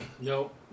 Nope